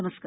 नमस्कार